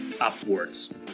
upwards